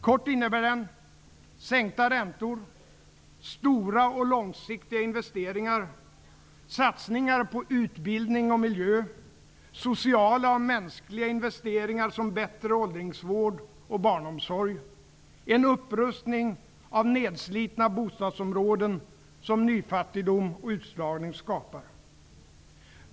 Kort innebär den: sänkta räntor, stora och långsiktiga investeringar, satsningar på utbildning och miljö, sociala och mänskliga investeringar, som bättre åldringsvård och barnomsorg, och en upprustning av nedslitna bostadsområden, som nyfattigdom och utslagning skapar.